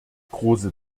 große